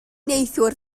neithiwr